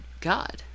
God